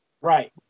Right